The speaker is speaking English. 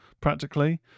practically